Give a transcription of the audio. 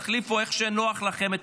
תחליפו את הסדר איך שנוח לכם.